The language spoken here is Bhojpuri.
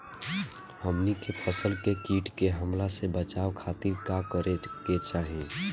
हमनी के फसल के कीट के हमला से बचावे खातिर का करे के चाहीं?